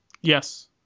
Yes